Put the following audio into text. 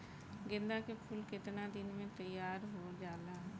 गेंदा के फूल केतना दिन में तइयार हो जाला?